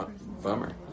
Bummer